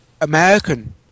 American